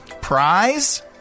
Prize